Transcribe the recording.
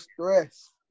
stress